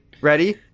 ready